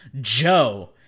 joe